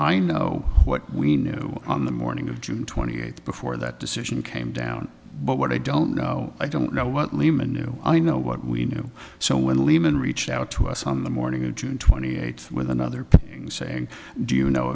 i know what we knew on the morning of june twenty eighth before that decision came down but what i don't know i don't know what lehman knew i know what we know so when lehman reached out to us on the morning of june twenty eighth with another painting saying do you know